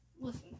Listen